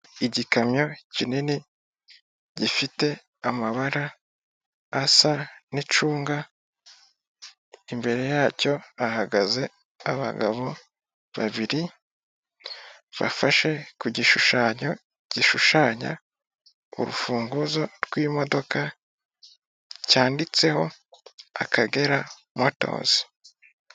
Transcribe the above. Igikamyo kinini gifite amabara asa n'icunga, imbere yacyo hahagaze abagabo babiri bafashe ku gishushanyo gishushanya urufunguzo rw'imodoka, cyanditseho Akagera motozi.